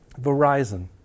Verizon